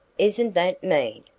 isn't that mean!